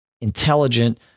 intelligent